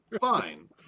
fine